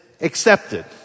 accepted